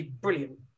brilliant